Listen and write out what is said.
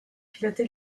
piloté